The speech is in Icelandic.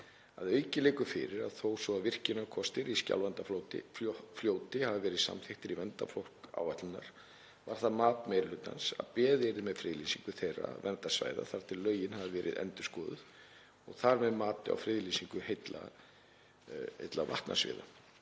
Að auki liggur fyrir að þó svo að virkjunarkostir í Skjálfandafljóti hafi verið samþykktir í verndarflokk áætlunarinnar var það mat meiri hlutans að beðið yrði með friðlýsingu þeirra verndarsvæða þar til lögin hafa verið endurskoðuð og þar með mati á friðlýsingu heilla vatnasviða.